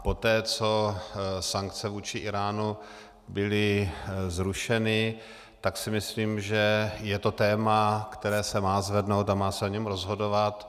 Poté co sankce vůči Íránu byly zrušeny, tak si myslím, že je to téma, které se má zvednout, a má se o něm rozhodovat.